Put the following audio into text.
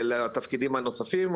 לתפקידים הנוספים.